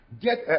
get